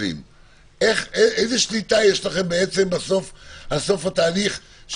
איזה שליטה יש לכם על סוף התהליך,